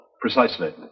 Precisely